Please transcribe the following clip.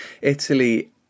Italy